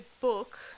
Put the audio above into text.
book